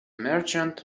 merchant